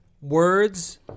words